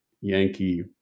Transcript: Yankee